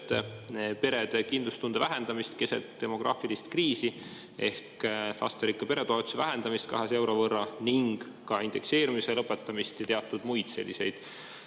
perede kindlustunde vähendamist keset demograafilist kriisi, ehk lasterikka pere toetuse vähendamine 200 euro võrra, ka indekseerimise lõpetamine ja teatud muu selline,